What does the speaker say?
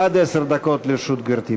עד עשר דקות לרשות גברתי.